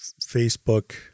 Facebook